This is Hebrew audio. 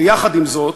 ויחד עם זאת,